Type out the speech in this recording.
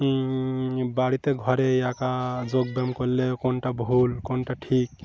বাড়িতে ঘরে একা যোগব্যায়াম করলে কোনটা ভুল কোনটা ঠিক